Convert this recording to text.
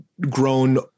grown